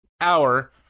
hour